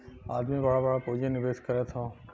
आदमी बड़ा बड़ा पुँजी निवेस करत हौ